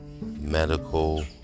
medical